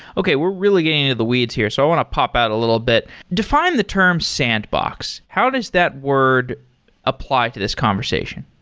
okay, we're really getting into the weeds here. so i want to pop out a little bit. define the term sandbox. how does that word apply to this conversation?